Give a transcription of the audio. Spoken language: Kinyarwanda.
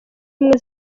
ubumwe